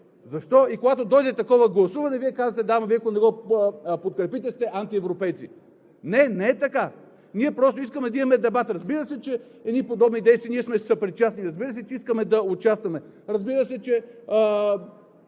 защо? И когато дойде такова гласуване, Вие казвате: „Да, ама ако Вие не го подкрепите, сте антиевропейци!“ Не, не е така! Ние просто искаме да имаме дебат. Разбира се, че ние сме съпричастни на едни подобни действия. Разбира се, че искаме да участваме. Разбира се, че